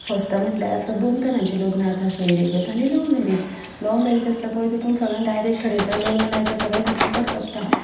first time म्हटल्यार आतां दोन तरांचीं लग्नां जाता सयरीगत आनी लव मॅरेज लव मॅरेज आसता पळय तितून सगल्यान डायरेक्ट थारयता लग्न लायता सगलें पटापट सोंपता